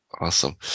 Awesome